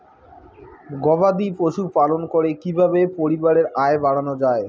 গবাদি পশু পালন করে কি কিভাবে পরিবারের আয় বাড়ানো যায়?